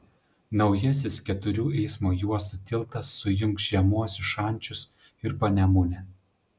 naujasis keturių eismo juostų tiltas sujungs žemuosius šančius ir panemunę